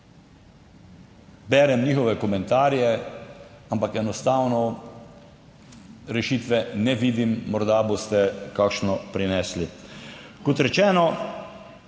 Berem njihove komentarje, ampak enostavno rešitve ne vidim, morda boste kakšno prinesli. Kot rečeno,